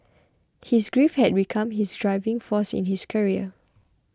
his grief had become his driving force in his career